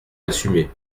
l’assumer